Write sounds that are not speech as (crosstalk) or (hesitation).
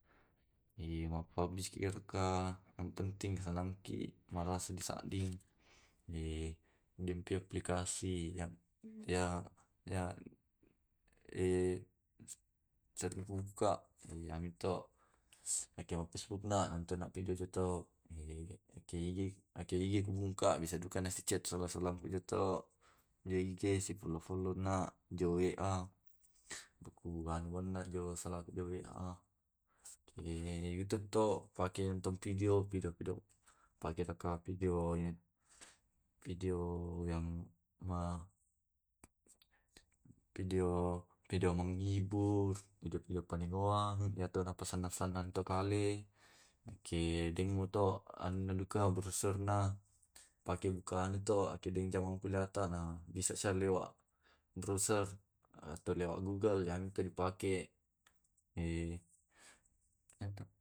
(hesitation) mapablis ki raka yang penting salamki, marasa di sadding. (hesitation) di pie pie aplikasi yang ya ya (hesitation) sereduka e amito (hesitation) eke ma fasbuk na, nontonna video tiktok (hesitation) akeyik akeyik bungka bisa duka na si chat sula sulangku todi ig si follow follow na jo wa, (hesitation) baku anuanna jo sala salaku di wa. (hesitation) wito to, pakei nonton video, video video pake raka video (hesitation) video yang ma (hesitation) video manghibur, video video palingoang, iya to na pasannang sannang to kale. Iyake dengni to, anunna duka brosurna pake buka anu to, pakei njaman kuliahta, na bisa ser lewat broser atau lewat gugel yamte to di pake. (hesitation)